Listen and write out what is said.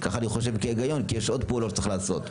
כך אני חושב בהיגיון כי יש עוד פעולות שצריך לעשות.